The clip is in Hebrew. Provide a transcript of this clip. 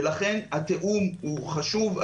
ולכן התיאום הוא חשוב,